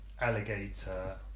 Alligator